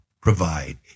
provide